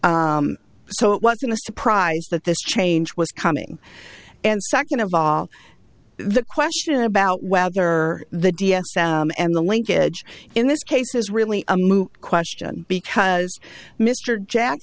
and so it wasn't a surprise that this change was coming and second of all the question about whether the d s m and the linkage in this case is really a moot question because mr jack